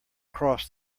cross